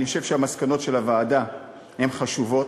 אני חושב שהמסקנות של הוועדה הן חשובות,